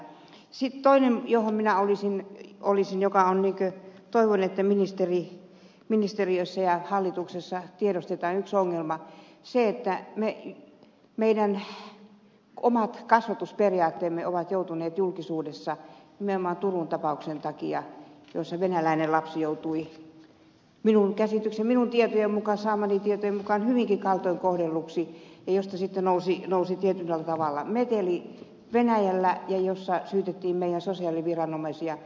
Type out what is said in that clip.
sitten toinen johon minä olisin olisin joka on ongelma jonka toivon ministeriössä ja hallituksessa tiedostettavan on se että meidän omat kasvatusperiaatteemme ovat joutuneet julkisuuteen nimenomaan turun tapauksen takia jossa venäläinen lapsi joutui minun saamieni tietojen mukaan hyvinkin kaltoin kohdelluksi ja josta sitten nousi tietyllä tavalla meteli venäjällä ja jossa syytettiin meidän sosiaaliviranomaisia